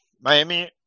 Miami